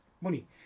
money